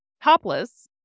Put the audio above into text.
topless